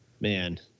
Man